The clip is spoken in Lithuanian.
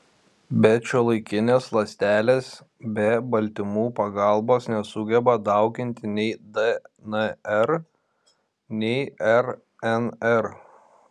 bet šiuolaikinės ląstelės be baltymų pagalbos nesugeba dauginti nei dnr nei rnr